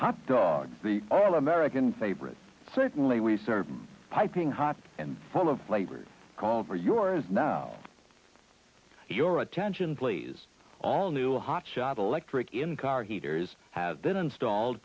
thought the all american favorite certainly we served piping hot and full of flavor called for yours now your attention please all new hotshot electric in car heaters have been installed